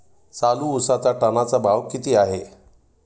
चालू उसाचा टनाचा भाव किती आहे?